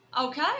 Okay